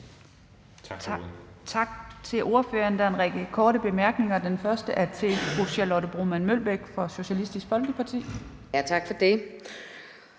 Tak til ordføreren. Der er en række korte bemærkninger. Først er det fru Charlotte Broman Mølbæk fra Socialistisk Folkeparti. Kl.